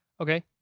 Okay